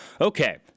Okay